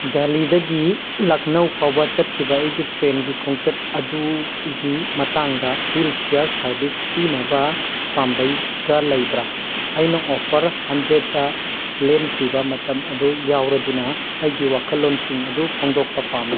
ꯗꯦꯜꯂꯤꯗꯒꯤ ꯂꯛꯈꯅꯧ ꯐꯥꯎꯕ ꯆꯠꯈꯤꯕ ꯑꯩꯒꯤ ꯇ꯭ꯔꯦꯟꯒꯤ ꯈꯣꯡꯆꯠ ꯑꯗꯨꯒꯤ ꯃꯇꯥꯡꯗ ꯍ꯭ꯋꯤꯜ ꯆꯤꯌꯔ ꯁꯥꯔꯕꯤꯁ ꯄꯤꯅꯕ ꯄꯥꯝꯕꯩꯒ ꯂꯩꯕ꯭ꯔꯥ ꯑꯩꯅ ꯑꯣꯐꯔ ꯍꯟꯗ꯭ꯔꯦꯠꯇ ꯂꯦꯟꯈꯤꯕ ꯃꯇꯝ ꯑꯗꯨ ꯌꯥꯎꯔꯗꯨꯅ ꯑꯩꯒꯤ ꯋꯥꯈꯜꯂꯣꯟꯁꯤꯡ ꯑꯗꯨ ꯐꯣꯡꯗꯣꯛꯄ ꯄꯥꯝꯃꯤ